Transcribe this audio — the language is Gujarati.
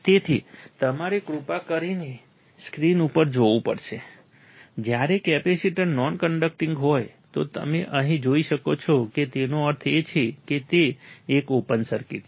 તેથી તમારે કૃપા કરીને સ્ક્રીન ઉપર જોવું પડશે જ્યારે કેપેસિટર નોન કન્ડક્ટિંગ હોય તો તમે અહીં જોઈ શકો છો કે તેનો અર્થ એ છે કે તે એક ઓપન સર્કિટ છે